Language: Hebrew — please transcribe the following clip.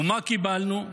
ומה קיבלנו?